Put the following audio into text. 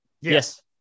Yes